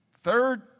third